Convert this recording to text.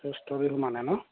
শ্ৰেষ্ঠ বিহু মানে ন'